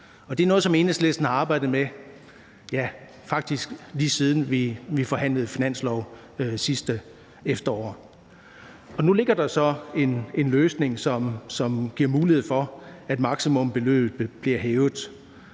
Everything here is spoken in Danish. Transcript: Det er noget, som Enhedslisten faktisk har arbejdet med, lige siden vi forhandlede finanslov sidste efterår. Nu ligger der så en løsning, som giver mulighed for, at maksimumsbeløbet bliver hævet.